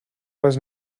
was